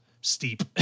steep